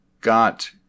got